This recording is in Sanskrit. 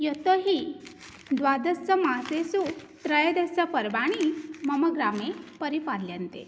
यतो हि द्वादश मासेषु त्रयोदश पर्वाणि मम ग्रामे परिपाल्यन्ते